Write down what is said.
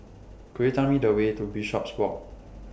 Could YOU Tell Me The Way to Bishopswalk